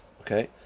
okay